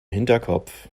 hinterkopf